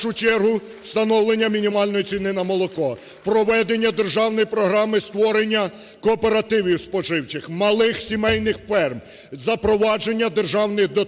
В першу чергу, встановлення мінімальної ціни на молоко, проведення державної програми створення кооперативів споживчих, малих сімейних ферм, запровадження державних дотацій